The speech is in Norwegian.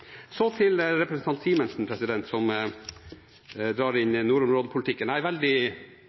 Så til representanten Simensen, som drar inn nordområdepolitikken: